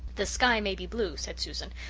the sky may be blue, said susan,